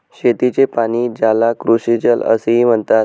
शेतीचे पाणी, ज्याला कृषीजल असेही म्हणतात